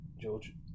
George